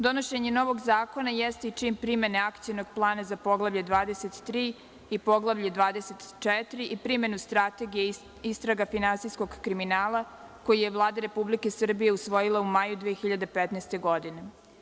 Donošenje novog zakona, jeste i čin primene Akcionog plana za Poglavlje 23. i Poglavlje 24, i primenu Strategije - istraga finansijskog kriminala, koji je Vlada Republike Srbije usvojila u maju 2015. godine.